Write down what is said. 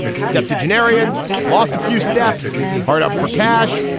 septuagenarian lost a few steps hard up for cash.